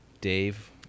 Dave